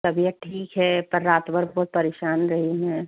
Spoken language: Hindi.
तबियत ठीक है पर रात भर बहुत परेशान रही मैं